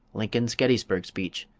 lincoln's gettysburg speech,